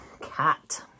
cat